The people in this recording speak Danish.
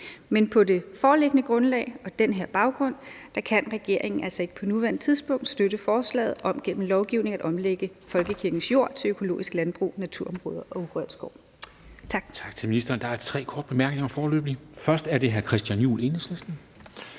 Men på det foreliggende grundlag og den her baggrund kan regeringen altså ikke på nuværende tidspunkt støtte forslaget om gennem lovgivning at omlægge folkekirkens jorder til økologisk landbrug, naturområder og urørt skov. Tak. Kl. 11:06 Formanden (Henrik Dam Kristensen): Tak til ministeren.